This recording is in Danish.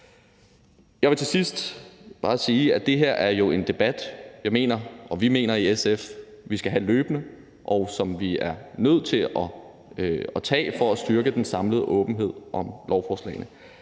Jeg vil til sidst bare sige, at det her er en debat, som jeg og vi i SF mener at vi skal have løbende, og som vi er nødt til at tage for at styrke den samlede åbenhed om lovforslagene.